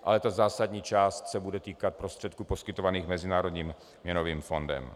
Ale ta zásadní část se bude týkat prostředků poskytovaných Mezinárodním měnovým fondem.